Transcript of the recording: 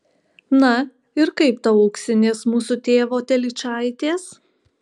na ir kaip tau auksinės mūsų tėvo telyčaitės